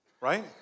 right